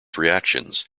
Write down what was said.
reactions